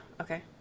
okay